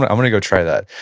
i'm gonna go try that.